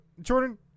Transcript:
Jordan